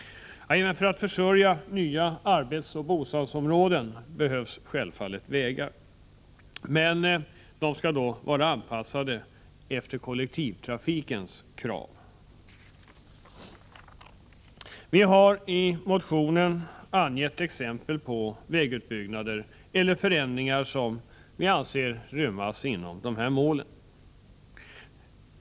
Även för att försörja nya arbetsoch bostadsområden behövs naturligtvis vägar. Men de skall då vara anpassade efter kollektivtrafikens krav. Vi har i motionen angett exempel på vägutbyggnader eller förändringar som vi anser ryms inom dessa mål.